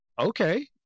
okay